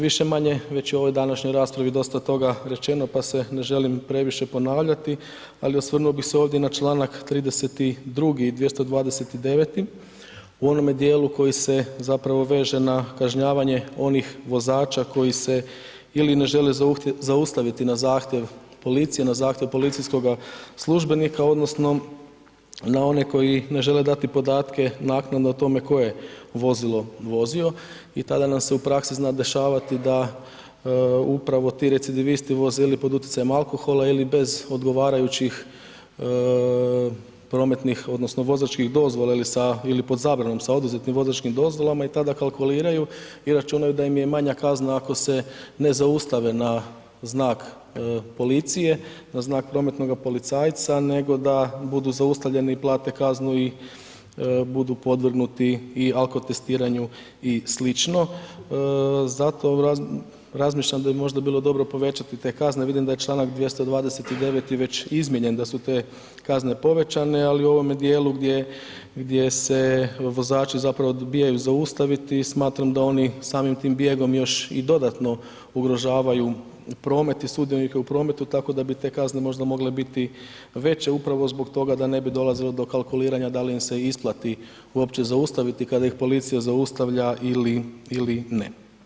Više-manje već je u ovoj današnjoj raspravi dosta toga rečeno, pa se ne želim previše ponavljati, ali osvrnuo bih se ovdje na čl. 32. i 229. u onome dijelu koji se zapravo veže na kažnjavanje onih vozača koji se ili ne žele zaustaviti na zahtjev policije, na zahtjev policijskoga službenika odnosno na one koji ne žele dati podatke naknadno o tome tko je vozilo vozio i tada nam se u praksi zna dešavati da upravo ti recidivisti voze ili pod utjecajem alkohola ili bez odgovarajućih prometnih odnosno vozačkih dozvola ili pod zabranom sa oduzetim vozačkim dozvolama i tada kalkuliraju i računaju da im je manja kazna ako se ne zaustave na znak policije, na znak prometnoga policajca, nego da budu zaustavljeni i plate kaznu i budu podvrgnuti i alko testiranju i sl., zato razmišljam da bi možda bilo dobro povećati te kazne, vidim da je čl. 229. već izmijenjen, da su te kazne povećane, ali u ovome dijelu gdje se vozači zapravo odbijaju zaustaviti i smatram da oni samim tim bijegom još i dodatno ugrožavaju promet i sudionike u prometu, tako da bi te kazne možda mogle biti veće upravo zbog toga da ne bi dolazilo do kalkuliranja da li im se isplati uopće zaustaviti kad ih policija zaustavlja ili ne.